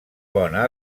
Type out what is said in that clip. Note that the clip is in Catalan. bona